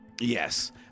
Yes